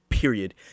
period